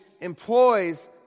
employs